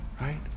right